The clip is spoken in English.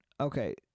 okay